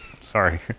Sorry